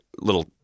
little